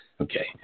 Okay